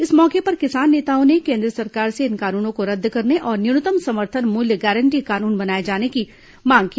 इस मौके पर किसान नेताओं ने केन्द्र सरकार से इन कानूनों को रद्द करने और न्यूनतम समर्थन मूल्य गांरटी कानून बनाए जाने की मांग की